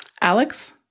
Alex